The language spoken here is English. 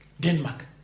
Denmark